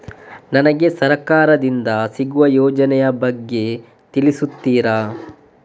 ನನಗೆ ಸರ್ಕಾರ ದಿಂದ ಸಿಗುವ ಯೋಜನೆ ಯ ಬಗ್ಗೆ ತಿಳಿಸುತ್ತೀರಾ?